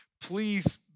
please